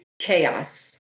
chaos